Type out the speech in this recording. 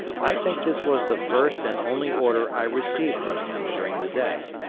i think this was the first and only order i received from him during the day.